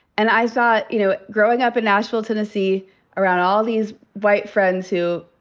and i thought, you know, growing up in nashville, tennessee around all these white friends who,